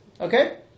Okay